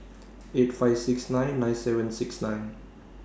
eight five six nine nine seven six nine